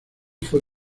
fue